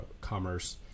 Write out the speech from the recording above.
commerce